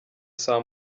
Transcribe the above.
saa